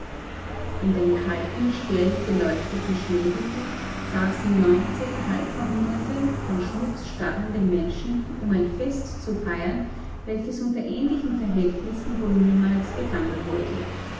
in den kalten spärlich beleuchteten schneehütten saßen neunzehn halb verhungerte von schmutz starrende menschen um ein fest zu feiern welches unter ähnlichen verhältnissen wohl niemals begangen wurde